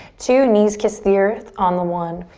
two, knees kiss the earth on the one.